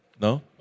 no